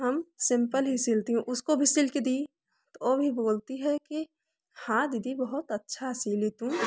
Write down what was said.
हम सिम्पल ही सिलती हूँ उसको भी सिल के दी तो वो भी बोलती है की हाँ दीदी बहुत अच्छा सिली तुम